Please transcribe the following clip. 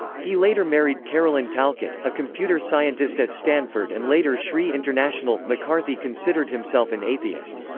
he later married carolyn talcott, a computer scientist at stanford and later sri international mccarthy considered himself an atheist.